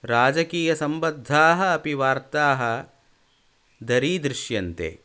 राजकीयसम्बद्धाः अपि वार्ताः दरीदृष्यन्ते